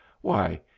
Why